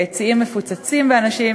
היציעים מפוצצים באנשים